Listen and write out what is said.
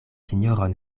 sinjoron